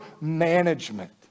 management